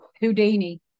houdini